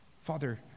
Father